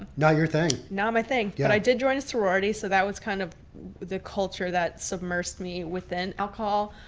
ah not your thing? not my thing, yeah but i did join a sorority, so that was kind of the culture that submersed me within alcohol.